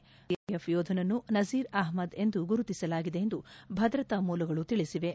ಮೃತ ಸಿಆರ್ಪಿಎಫ್ ಯೋಧನನ್ನು ನೋರ್ ಅಹ್ಲದ್ ಎಂದು ಗುರುತಿಸಲಾಗಿದೆ ಎಂದು ಭದ್ರತಾ ಮೂಲಗಳು ತಿಳಿಸಿವೆ